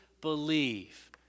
believe